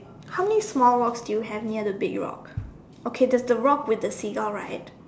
how many small rocks do you have near the big rock okay there's a rock with a seahorse right